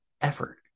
effort